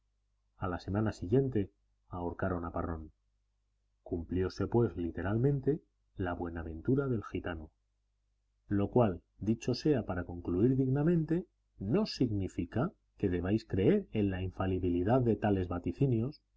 a la semana siguiente ahorcaron a parrón cumplióse pues literalmente la buenaventura del gitano lo cual dicho sea para concluir dignamente no significa que debáis creer en la infalibilidad de tales vaticinios